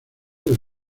del